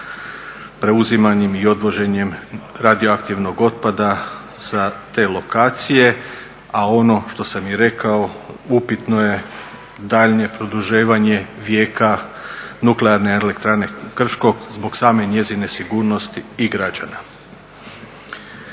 preuzimanje i odvoženjem radioaktivnog otpada sa te lokacije. A ono što sam i rekao upitno je daljnje produživanje vijeka Nuklearne elektrane Krško zbog same njezine sigurnosti i građana.